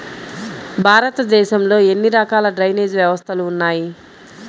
భారతదేశంలో ఎన్ని రకాల డ్రైనేజ్ వ్యవస్థలు ఉన్నాయి?